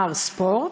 מר ספורט,